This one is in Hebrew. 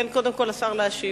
תן קודם כול לשר להשיב.